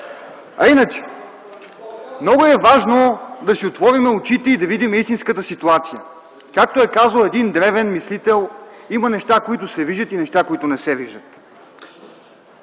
България. Много е важно да си отворим очите и да видим истинската ситуация. Както е казал един древен мислител: „Има неща, които се виждат, и неща, които не се виждат.”